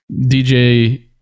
DJ